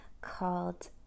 called